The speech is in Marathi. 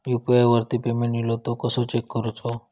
यू.पी.आय वरती पेमेंट इलो तो कसो चेक करुचो?